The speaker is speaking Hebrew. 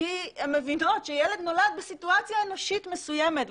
כי הן מבינות שילד נולד בסיטואציה אנושית מסוימת,